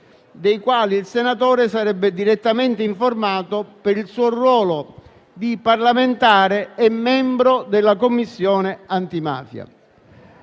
dei quali il senatore sarebbe direttamente informato per il suo ruolo di parlamentare e membro della Commissione antimafia.